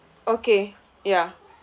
okay ya